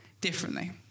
differently